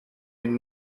une